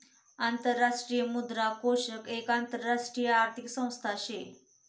आंतरराष्ट्रीय मुद्रा कोष एक आंतरराष्ट्रीय आर्थिक संस्था शे